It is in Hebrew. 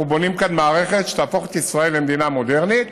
אנחנו בונים כאן מערכת שתהפוך את ישראל למדינה מודרנית,